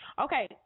Okay